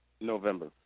November